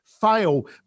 fail